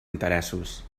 interessos